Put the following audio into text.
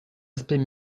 aspect